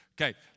Okay